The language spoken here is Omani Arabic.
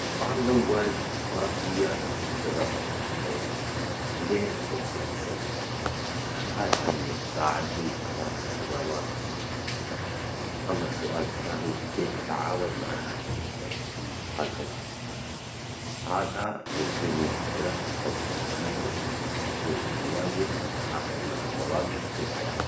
السؤال الأول ما هي شغفك في الحياة؟ وليه تحب تسويها، هذا يساعدني أعرف اهتمامات الشخص، أما السؤال الثاني، كيف تتعامل مع التحديات اللي تواجهك؟ هذا يعطيني فكرة عن شخصيته وكيف يواجه ويتعامل مع المواجف في الحياة.